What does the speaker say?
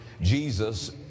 Jesus